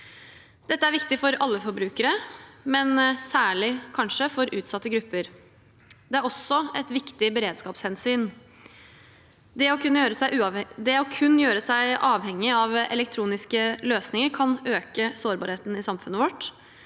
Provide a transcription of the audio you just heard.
Dette er viktig for alle forbrukere, men kanskje særlig for utsatte grupper. Det er også et viktig beredskapshensyn. Å kun gjøre seg avhengig av elektroniske løsninger kan øke sårbarheten i samfunnet vårt,